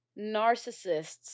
Narcissists